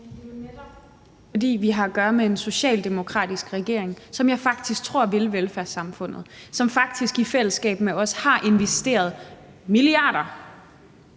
fordi vi har at gøre med en socialdemokratisk regering, som jeg faktisk troede ville velfærdssamfundet, som faktisk i fællesskab med os har investeret milliarder